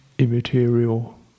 Immaterial